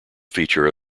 feature